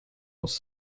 was